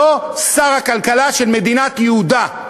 לא שר הכלכלה של מדינת יהודה.